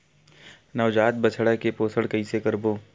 नवजात बछड़ा के पोषण कइसे करबो?